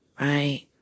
Right